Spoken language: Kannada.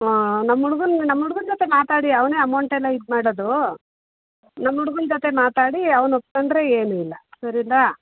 ಹಾಂ ನಮ್ಮ ಹುಡ್ಗುನ್ ನಮ್ಮ ಹುಡ್ಗುನ್ ಜೊತೆ ಮಾತಾಡಿ ಅವನೇ ಅಮೌಂಟ್ ಎಲ್ಲ ಇದು ಮಾಡೋದು ನಮ್ಮ ಹುಡ್ಗುನ್ ಜೊತೆ ಮಾತಾಡಿ ಅವ್ನು ಒಪ್ಕೊಂಡ್ರೆ ಏನೂ ಇಲ್ಲ ಸರಿಯಾ